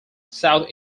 south